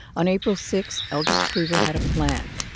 on april six, eldridge cleaver had a plan.